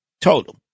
total